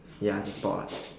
ya it's a sport